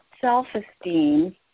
self-esteem